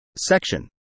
Section